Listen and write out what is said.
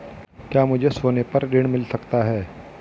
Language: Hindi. क्या मुझे सोने पर ऋण मिल सकता है?